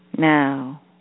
Now